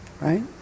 right